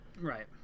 right